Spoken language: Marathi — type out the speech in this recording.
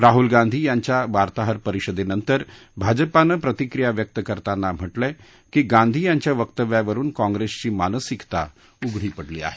राहुल गांधी यांच्या वार्ताहर परिषदेनंतर भाजपानं प्रतिक्रिया व्यक्त करताना म्हटलंय की गांधी यांच्या वक्तव्यावरुन काँग्रेसची मानसिकता उघडी पडली आहे